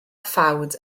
ffawd